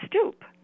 stoop